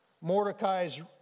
Mordecai's